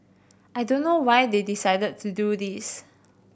I don't know why they decided to do this